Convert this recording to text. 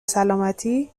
سالمتی